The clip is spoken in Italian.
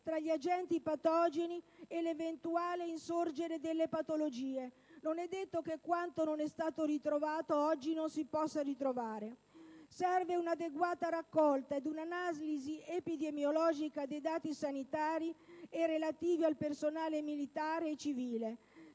tra gli agenti patogeni e l'eventuale insorgere delle patologie: non è detto che quanto non è stato trovato oggi non si possa trovare successivamente. Serve un'adeguata raccolta e un'analisi epidemiologica dei dati sanitari e relativi al personale militare e civile.